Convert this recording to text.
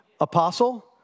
Apostle